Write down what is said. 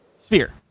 Sphere